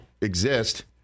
exist